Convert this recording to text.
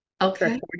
Okay